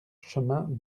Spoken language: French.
chemin